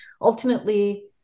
ultimately